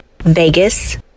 Vegas